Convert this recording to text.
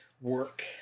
Work